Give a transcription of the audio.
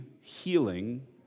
healing